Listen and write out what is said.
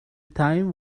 time